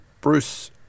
Bruce